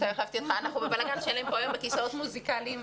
אנחנו בבלגן שלם ממש כיסאות מוסיקליים.